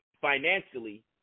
financially